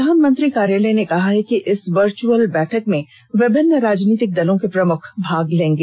प्रधानमंत्री कार्यालय ने कहा है कि इस वर्चअल बैठक में विभिन्न राजनीतिक दलों के प्रमुख भाग लेंगे